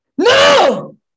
no